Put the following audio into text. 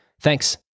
Thanks